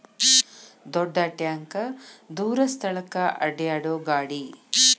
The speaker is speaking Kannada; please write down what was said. ದೊಡ್ಡ ಟ್ಯಾಂಕ ದೂರ ಸ್ಥಳಕ್ಕ ಅಡ್ಯಾಡು ಗಾಡಿ